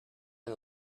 and